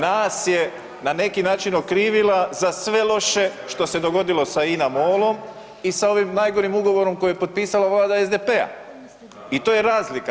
Nas je na neki način okrivila za sve loše što se dogodila sa INA-MOL-om i sa ovim najgorim ugovorom koji je potpisala Vlada SDP-a i to je razlika.